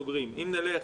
סוגרים את המערכת.